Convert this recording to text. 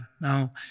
Now